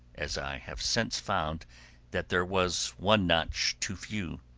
as i have since found that there was one notch too few.